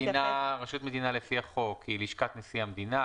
רשות מדינה לפי החוק היא: לשכת נשיא המדינה,